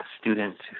students